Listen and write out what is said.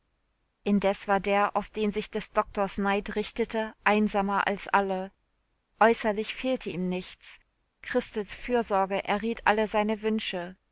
indes war der auf den sich des doktors neid richtete einsamer als alle äußerlich fehlte ihm nichts christels fürsorge erriet alle seine wünsche